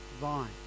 vine